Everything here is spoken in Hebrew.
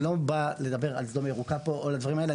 אני לא בא לדבר על סדום הירוקה פה או על הדברים האלה.